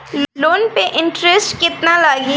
Loan पे interest केतना लागी?